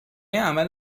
عمل